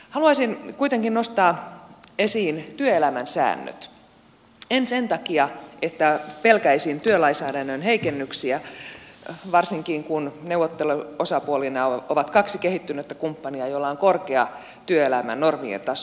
haluaisin kuitenkin nostaa esiin työelämän säännöt en sen takia että pelkäisin työlainsäädännön heikennyksiä varsinkin kun neuvotteluosapuolina ovat kaksi kehittynyttä kumppania joilla on korkea työelämän normien taso